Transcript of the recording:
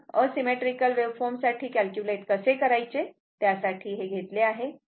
म्हणून asymmetrical waveform साठी calculate कसे करायचे त्यासाठी हे घेतले आहे